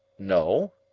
no.